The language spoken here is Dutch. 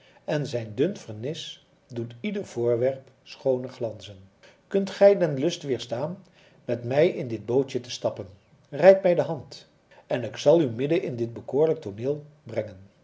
en zijn dun vernis doet ieder voorwerp schooner glanzen kunt gij den lust weerstaan met mij in dit bootje te stappen reik mij de hand en ik zal u midden in dit bekoorlijk tooneel brengen